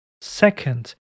Second